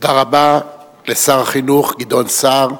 תודה רבה לשר החינוך גדעון סער.